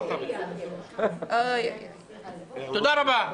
תודה רבה.